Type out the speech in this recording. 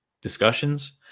discussions